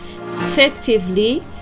effectively